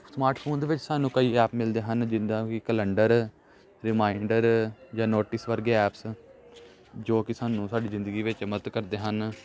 smart phone ਦੇ ਵਿੱਚ ਸਾਨੂੰ ਕਈ ਐਪ ਮਿਲਦੇ ਹਨ ਜਿੱਦਾਂ ਕਿ ਕੈਲੰਡਰ ਰੀਮਾਂਈਡਰ ਜਾਂ ਨੋਟਿਸ ਵਰਗੇ ਐਪਸ ਜੋ ਕਿ ਸਾਨੂੰ ਸਾਡੀ ਜ਼ਿੰਦਗੀ ਵਿੱਚ ਮਦਦ ਕਰਦੇ ਹਨ